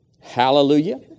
Hallelujah